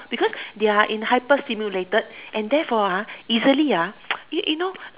because they are in hyper stimulated and there for ah easily ah you know